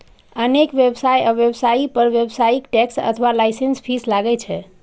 अनेक व्यवसाय आ व्यवसायी पर व्यावसायिक टैक्स अथवा लाइसेंस फीस लागै छै